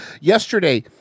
Yesterday